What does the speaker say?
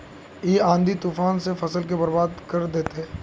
इ आँधी तूफान ते फसल के बर्बाद कर देते?